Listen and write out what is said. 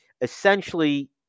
Essentially